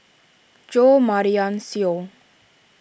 Jo Marion Seow